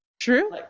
true